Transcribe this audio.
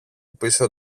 πίσω